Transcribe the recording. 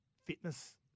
fitness